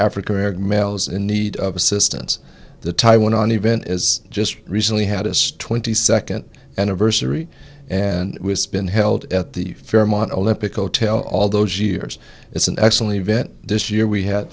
african american males in need of assistance to taiwan an event is just recently had as the second anniversary and been held at the fairmont olympic otel all those years it's an excellent event this year we had